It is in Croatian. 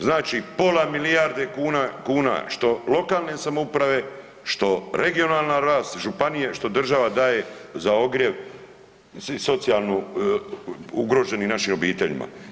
Znači pola milijarde kuna, kuna što lokalne samouprave, što regionalan rast županije, što država daje za ogrjev socijalno ugroženim našim obiteljima.